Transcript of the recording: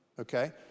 okay